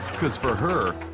cause for her,